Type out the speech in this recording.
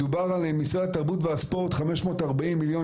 מדובר על משרד התרבות והספורט 540 מיליון